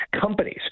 companies